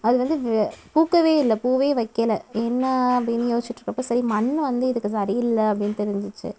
அதுவந்து வ பூக்கவே இல்லை பூவே வைக்கலை என்ன அப்படின்னு யோசிச்சிட்டிருக்கப்ப சரி மண் வந்து இதுக்கு சரி இல்லை அப்படின்னு தெரிஞ்சிச்சு